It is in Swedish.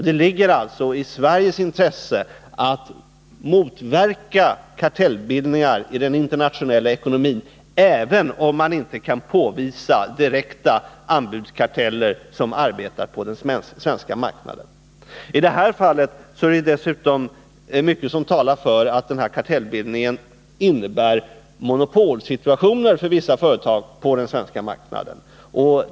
Det ligger alltså i Sveriges intresse att motverka kartellbildningar i den internationella ekonomin, även om det inte går att påvisa direkta anbudskarteller, som arbetar på den svenska marknaden. I det här fallet är det dessutom mycket som talar för att kartellbildningen innebär monopolsituationer för vissa företag på den inhemska marknaden.